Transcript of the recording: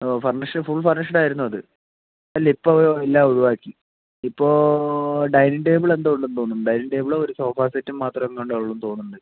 ഓ furniture full furnished ആയിരുന്നു അത് അല്ല ഇപ്പോൾ എല്ലാം ഒഴിവാക്കി ഇപ്പോൾ ഡൈനിങ്ങ് ടേബിൾ എന്തോ ഉണ്ടെന്നു തോന്നുന്നു ഡൈനിങ്ങ് ടേബിള് ഒരു സോഫാ സെറ്റ് മാത്രമേ ഉണ്ടാവുകയുള്ളു എന്ന് തോന്നണുണ്ട്